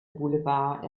boulevard